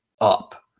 up